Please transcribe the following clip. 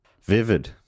Vivid